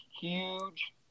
huge